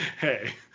Hey